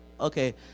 Okay